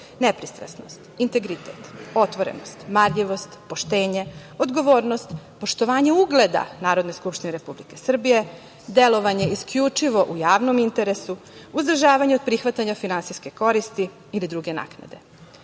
nepristrasnost, integritet, otvorenost, marljivost, poštenje, odgovornost, poštovanje ugleda Narodne skupštine Republike Srbije, delovanje isključivo u javnom interesu, uzdržavanje od prihvatanja finansijske koristi ili druge naknade.U